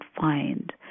find